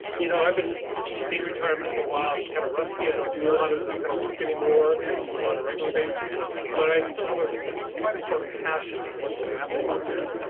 you know, i've been in retirement for awhile, i'm kind of rusty. i don't do a lot of this kind of work anymore on a regular basis, but i still have a quite a strong passion for what's been happening out there.